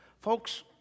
Folks